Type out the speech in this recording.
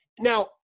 Now